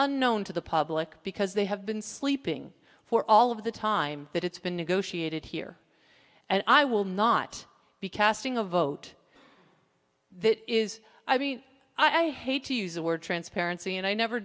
unknown to the public because they have been sleeping for all of the time that it's been negotiated here and i will not be casting a vote that is i mean i hate to use the word transparency and i never